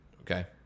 okay